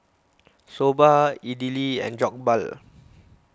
Soba Idili and Jokbal